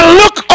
look